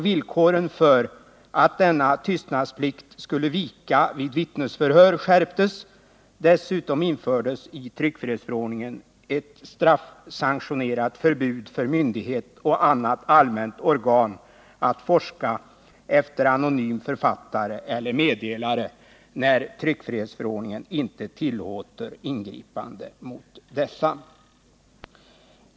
Villkoren för att denna tystnadsplikt skulle vika vid vittnesförhör skärptes. Dessutom infördes i tryckfrihetsförordningen ett straffsanktionerat förbud för myndighet och annat allmänt organ att forska efter anonym författare eller meddelare, när tryckfrihetsförordningen inte tillåter ingripande mot dessa.